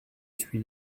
suis